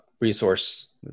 resource